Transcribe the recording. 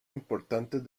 importantes